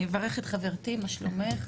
אני אברך את חברתי, מה שלומך?